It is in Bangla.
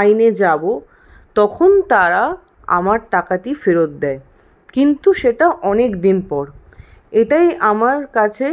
আইনে যাব তখন তারা আমার টাকাটি ফেরত দেয় কিন্তু সেটা অনেকদিন পর এটাই আমার কাছে